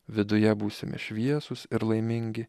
viduje būsime šviesūs ir laimingi